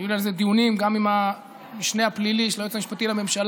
היו לי על זה דיונים גם עם המשנה הפלילי של היועץ המשפטי לממשלה,